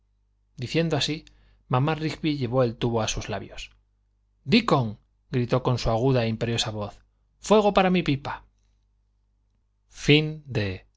diciendo así mamá rigby llevó el tubo a sus labios dickon gritó con su aguda e imperiosa voz fuego para mi pipa